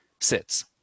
sits